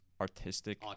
artistic